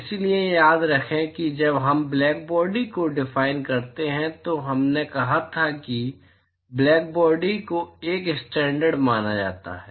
इसलिए याद रखें कि जब हम ब्लैकबॉडी को डिफाइन करते हैं तो हमने कहा था कि ब्लैकबॉडी को एक स्टैंडर्ड माना जाता है